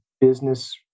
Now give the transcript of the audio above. business